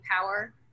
power